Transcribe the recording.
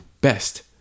best